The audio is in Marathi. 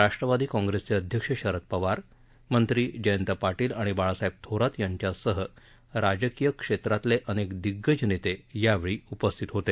राष्ट्रवादी काँग्रेसचे अध्यक्ष शरद पवार मंत्री जयंत पाटील आणि बाळासाहेब थोरात यांच्यासह राजकीय क्षेत्रातले अनेक दिग्गज नेते यावेळी उपस्थित होते